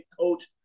coach